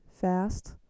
fast